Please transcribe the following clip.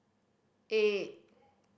eight